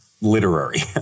literary